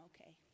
okay